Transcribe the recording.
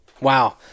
wow